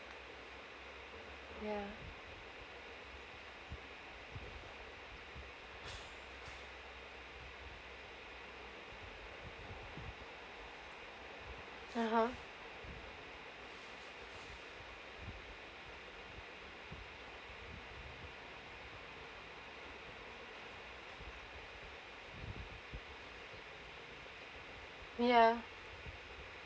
ya mmhmm ya